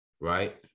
right